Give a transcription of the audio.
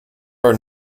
are